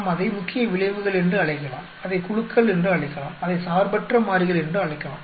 நாம் அதை முக்கிய விளைவுகள் என்று அழைக்கலாம் அதை குழுக்கள் என்று அழைக்கலாம் அதை சார்பற்ற மாறிகள் என்று அழைக்கலாம்